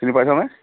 চিনি পাইছানে